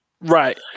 right